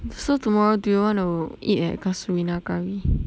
so tomorrow do you want to eat at casuarina curry